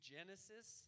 Genesis